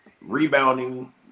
rebounding